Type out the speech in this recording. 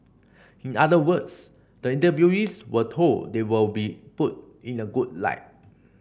in other words the interviewees were told they will be put in a good light